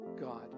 God